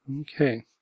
Okay